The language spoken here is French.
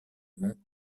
mont